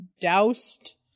doused